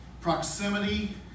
Proximity